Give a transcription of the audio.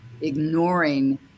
ignoring